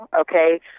okay